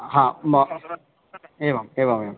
हा म एवम् एवमेवम्